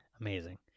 Amazing